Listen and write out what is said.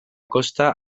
kosta